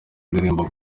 ndirimbo